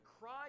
cry